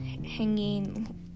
hanging